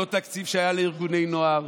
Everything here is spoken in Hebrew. אותו תקציב שהיה לארגוני נוער,